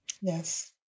Yes